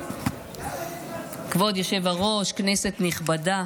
כבוד היושב-ראש, כנסת נכבדה,